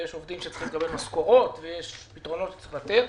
יש עובדים שצריכים לקבל משכורות ויש פתרונות שצריך לתת,